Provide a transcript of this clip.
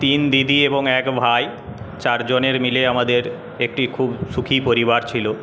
তিন দিদি এবং এক ভাই চার জনের মিলে আমাদের একটি খুব সুখী পরিবার ছিলো